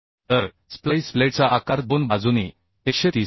तर स्प्लाईस प्लेटचा आकार 2 बाजूंनी 130 आहे